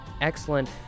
excellent